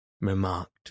remarked